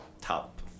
top